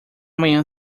manhã